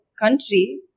country